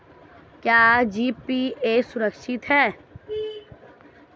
क्या जी.पी.ए सुरक्षित है?